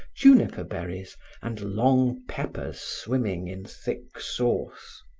juniper berries and long peppers swimming in thick sauce.